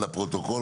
לפרוטוקול,